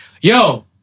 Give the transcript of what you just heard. yo